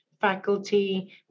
faculty